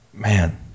Man